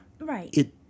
Right